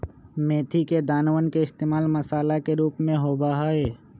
मेथी के दानवन के इश्तेमाल मसाला के रूप में होबा हई